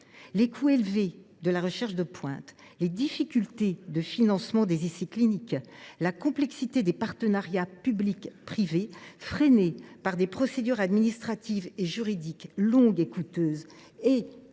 Les coûts élevés de la recherche de pointe, les difficultés de financement des essais cliniques, la complexité des partenariats public privé, freinés par des procédures administratives et juridiques longues et coûteuses et – osons le